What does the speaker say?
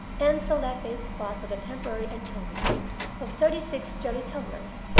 and select a spot for the temporary entombing of thirty-six jelly tumblers,